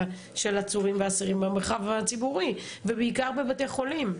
עצורים ואסירים במרחב הציבורי ובעיקר בבתי חולים.